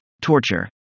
Torture